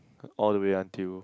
all the way until